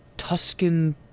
Tuscan